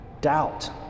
doubt